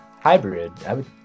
hybrid